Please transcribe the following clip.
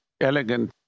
elegant